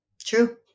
true